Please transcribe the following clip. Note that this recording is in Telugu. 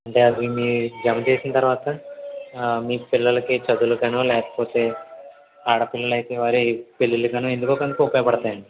ఇంకా మీరు జమ చేసిన తర్వాత మీ పిల్లలకి చదువులకనో లేకపోతే ఆడపిల్లలకైతే వారి పెళ్ళిళ్ళకనో ఎందుకో ఒకదానికి ఉపయోగపడతాయండి